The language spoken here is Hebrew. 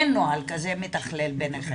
אין נוהל כזה מתכלל ביניכם.